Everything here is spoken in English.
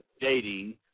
dating